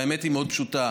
והאמת היא מאוד פשוטה.